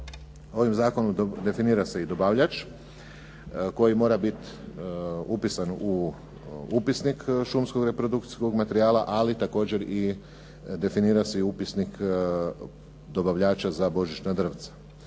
Ovim zakonom definira se i dobavljač koji mora biti upisan u upisnik šumskog reprodukcijskog materijala ali također definira se i upisnik dobavljača za božićna drvca.